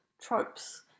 tropes